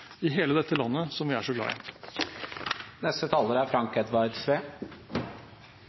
i hele dette landet som vi er så glad i.